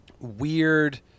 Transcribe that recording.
weird